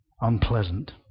unpleasant